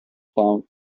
clouds